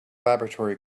laboratory